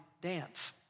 dance